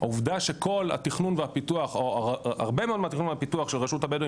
העובדה שהרבה מאוד מהתכנון והפיתוח של רשות הבדואים